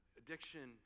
addiction